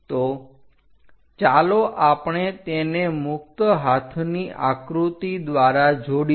તો ચાલો આપણે તેને મુક્ત હાથની આકૃતિ દ્વારા જોડીએ